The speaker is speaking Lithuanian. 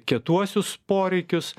kietuosius poreikius